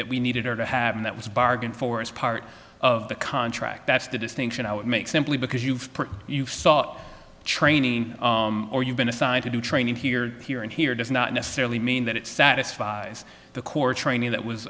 that we needed her to have and that was bargained for as part of the contract that's the distinction i would make simply because you've you've sought training or you've been assigned to do training here here and here does not necessarily mean that it satisfies the core training that was